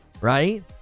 Right